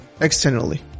externally